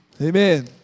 Amen